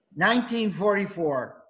1944